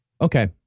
okay